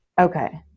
Okay